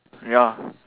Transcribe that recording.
ya